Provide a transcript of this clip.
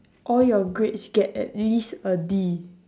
all your grades get at least a D